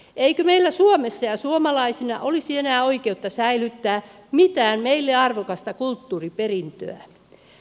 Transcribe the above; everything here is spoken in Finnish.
eikö meillä suomessa ja suomalaisina olisi enää oikeutta säilyttää mitään meille arvokasta kulttuuriperintöä